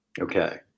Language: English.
Okay